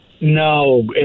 No